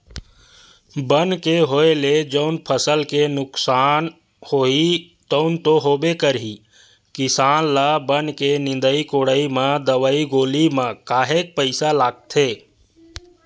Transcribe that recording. बन के होय ले जउन फसल के नुकसान होही तउन तो होबे करही किसान ल बन के निंदई कोड़ई म दवई गोली म काहेक पइसा लागथे